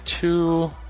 two